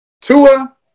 Tua